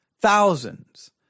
thousands